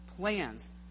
plans